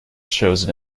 chosen